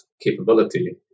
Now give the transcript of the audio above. capability